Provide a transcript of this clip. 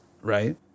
right